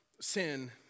sin